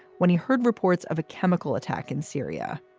when he heard reports of a chemical attack in syria,